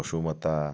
পসুমতা